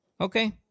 Okay